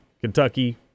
Kentucky